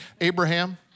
Abraham